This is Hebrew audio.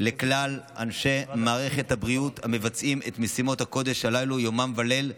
לכלל אנשי מערכת הבריאות המבצעים את משימות הקודש הללו יומם וליל.